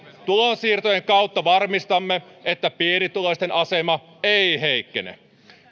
tulonsiirtojen kautta varmistamme että pienituloisten asema ei heikkene